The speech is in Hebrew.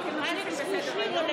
בבקשה.